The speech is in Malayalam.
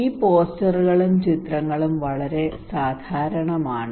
ഈ പോസ്റ്ററുകളും ചിത്രങ്ങളും വളരെ സാധാരണമാണ്